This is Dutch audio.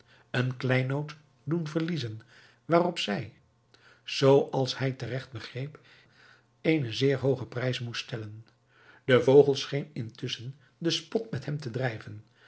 een kleinood doen verliezen waarop zij zoo als hij teregt begreep een zeer hoogen prijs moest stellen de vogel scheen intusschen den spot met hem te drijven